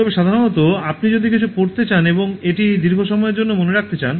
তবে সাধারণত আপনি যদি কিছু পড়তে চান এবং এটি দীর্ঘ সময়ের জন্য মনে রাখতে চান